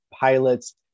pilots